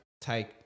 take